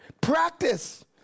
Practice